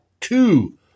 two